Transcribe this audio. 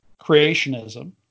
creationism